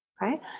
right